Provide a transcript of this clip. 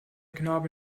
knabe